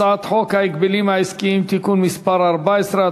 הצעת חוק ההגבלים העסקיים (תיקון מס' 14),